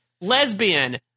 lesbian